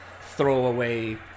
throwaway